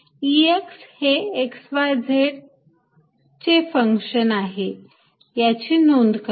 Ex हे x y z चे function आहे त्याची नोंद करा